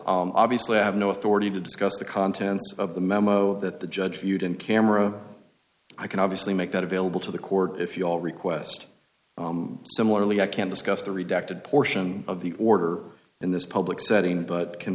is obviously i have no authority to discuss the contents of the memo that the judge viewed in camera i can obviously make that available to the court if you all request similarly i can't discuss the redacted portion of the order in this public setting but can